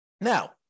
Now